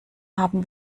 haben